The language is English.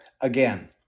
again